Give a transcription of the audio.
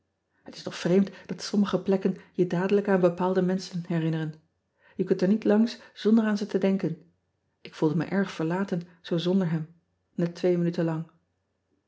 et is toch vreemd dat sommige plekken je dadelijk aan bepaalde menschen herinneren e kunt er niet langs zonder aan ze te denken k voelde me erg verlaten zoo zonder hem net twee minuten lang